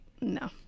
no